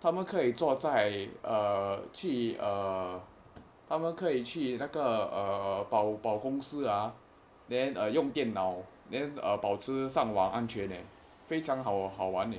他们可以坐在去他们可以去那个宝宝公司啊用电脑 then err 保持上网安全 eh 非常好玩好玩呢